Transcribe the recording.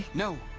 no!